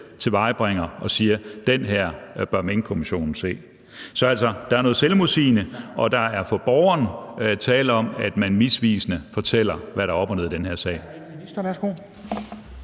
tilvejebringer, og hvor de siger, at den her bør Minkkommissionen se. Så der er altså noget selvmodsigende i det, og der er for borgeren tale om, at man på en misvisende måde fortæller, hvad der er op og ned i den her sag.